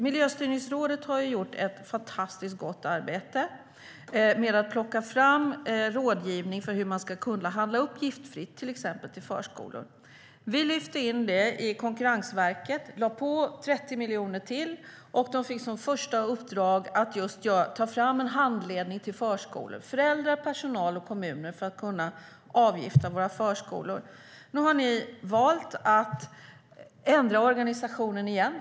Miljöstyrningsrådet har gjort ett fantastiskt gott arbete med att plocka fram rådgivning för hur man ska kunna handla upp giftfritt, till exempel till förskolor. Vi lyfte in det i Konkurrensverket och lade på 30 miljoner till. De fick som första uppdrag att just ta fram en handledning till förskolor, föräldrar, personal och kommuner för att man skulle kunna avgifta våra förskolor. Nu har ni valt att ändra organisationen igen.